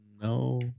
No